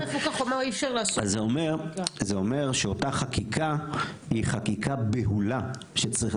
אז זה אומר שאותה חקיקה היא חקיקה בהולה שצריך,